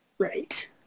Right